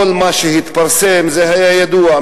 כל מה שהתפרסם היה ידוע.